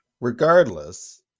Regardless